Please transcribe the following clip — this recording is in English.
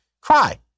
cry